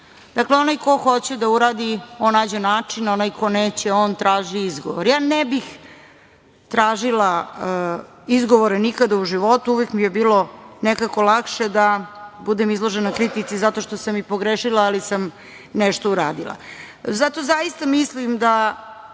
Dakle, onaj ko hoće da uradi on nađe način, onaj ko neće, on traži izgovor. Ne bih tražila izgovore nikada u životu, uvek mi je bilo nekako lakše da budem izložena kritici zato što sam i pogrešila, ali sam nešto uradila. Zato zaista mislim da